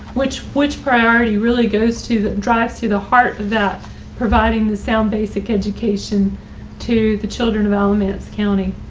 which which priority really goes to the drive to the heart that providing the sound basic education to the children of alamance county?